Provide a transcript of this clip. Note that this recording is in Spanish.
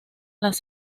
las